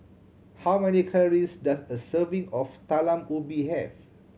how many calories does a serving of Talam Ubi have